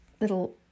little